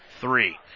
three